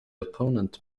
opponent